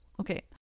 okay